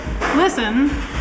Listen